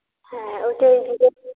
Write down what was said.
হ্যাঁ ওটাই দেবেন